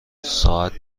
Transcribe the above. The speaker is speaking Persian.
ساعت